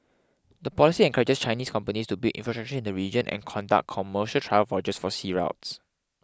the policy encourages Chinese companies to build infrastructure in the region and conduct commercial trial voyages for sea routes